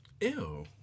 Ew